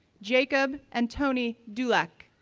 jakub antoni dulak,